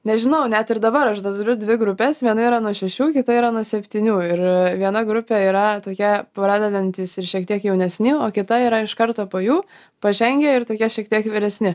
nežinau net ir dabar turiu dvi grupes viena yra nuo šešių kita yra nuo septynių ir viena grupė yra tokia pradedantys ir šiek tiek jaunesni o kita yra iš karto po jų pažengę ir tokie šiek tiek vyresni